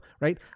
right